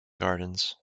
gardens